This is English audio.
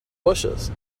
bushes